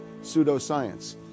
pseudoscience